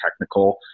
technical